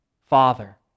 Father